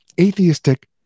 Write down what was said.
atheistic